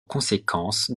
conséquence